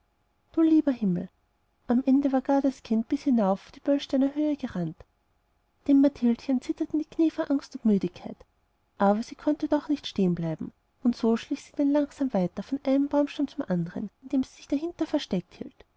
du lieber himmel am ende war gar das kind bis hinauf auf die böllsteiner höhe gerannt dem mathildchen zitterten die knie vor angst und müdigkeit aber sie konnte doch nicht da stehenbleiben und so schlich sie denn langsam weiter von einem baumstamm zum andern indem sie sich dahinter versteckt hielt